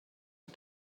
and